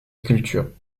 sculptures